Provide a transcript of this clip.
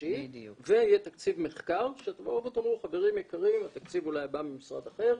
שלישי ויהיה תקציב מחקר שתבואו ותאמרו: התקציב אולי בא ממשרד אחר,